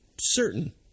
certain